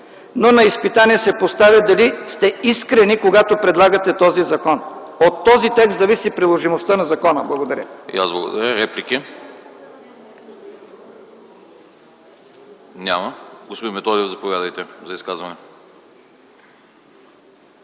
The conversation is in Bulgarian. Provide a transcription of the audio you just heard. но на изпитание се поставя дали сте искрени, когато предлагате този закон. От този текст зависи приложимостта на закона. Благодаря.